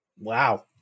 Wow